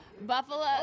Buffalo